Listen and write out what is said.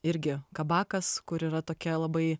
irgi kabakas kur yra tokia labai